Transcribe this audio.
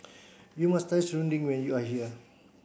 you must try Serunding when you are here